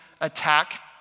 attack